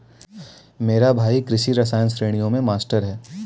मेरा भाई कृषि रसायन श्रेणियों में मास्टर है